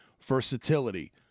Versatility